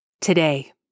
today